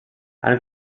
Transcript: han